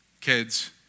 Kids